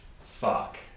fuck